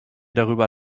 darüber